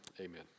Amen